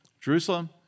Jerusalem